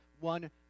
one